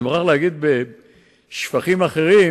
את אלה אני כרגע שולף מהזיכרון שלי.